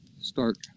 start